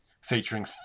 featuring